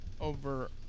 over